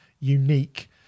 unique